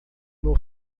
meu